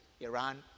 Iran